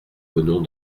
venons